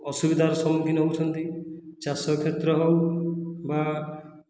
ଅସୁବିଧାର ସମ୍ମୁଖୀନ ହେଉଛନ୍ତି ଚାଷ କ୍ଷେତ୍ର ହେଉ ବା